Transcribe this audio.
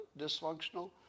dysfunctional